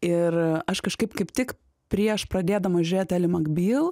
ir aš kažkaip kaip tik prieš pradėdama žiūrėt eli makbyl